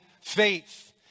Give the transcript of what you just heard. faith